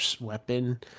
weapon